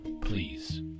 Please